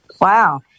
wow